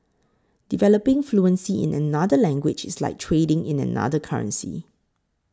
developing fluency in another language is like trading in another currency